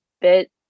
bit